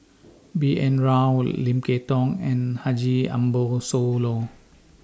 B N Rao Lim Kay Tong and Haji Ambo Sooloh